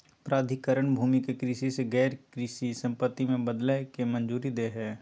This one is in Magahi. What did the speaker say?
प्राधिकरण भूमि के कृषि से गैर कृषि संपत्ति में बदलय के मंजूरी दे हइ